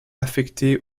affecté